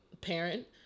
parent